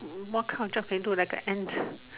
what kind of job can you do like a ants